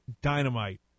Dynamite